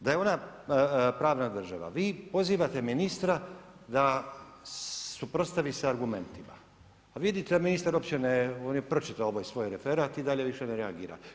Da je ona pravna država, vi pozivate ministra da suprotstavi se argumentima, a vidite da ministar uopće ne, on je pročitao ovaj svoj referat i dalje više ne reagira.